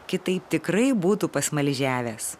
kitaip tikrai būtų pasmaližiavęs